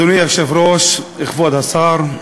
אדוני היושב-ראש, כבוד השר,